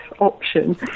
option